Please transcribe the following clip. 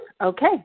Okay